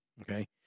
okay